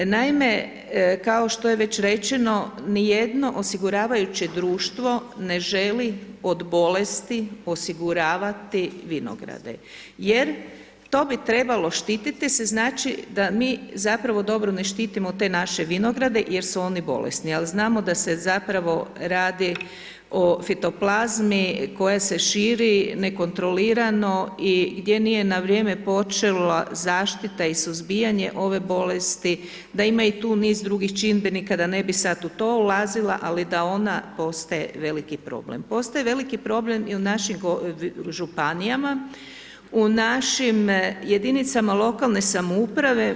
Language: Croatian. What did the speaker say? Naime, kao što je već rečeno, nijedno osiguravajuće društvo ne želi od bolesti osiguravati vinograde jer to bi trebalo štititi se, znači, da mi zapravo, dobro ne štitimo te naše vinograde jer su oni bolesni, al znamo da se zapravo radi o fitoplazmi koja se širi nekontrolirano i gdje nije na vrijeme počela zaštita i suzbijanje ove bolesti, da ima i tu niz drugih čimbenika, da ne bi sad u to ulazila, ali da ona postaje veliki problem, postaje veliki problem i u našim županijama, u našim jedinicama lokalne samouprave.